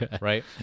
Right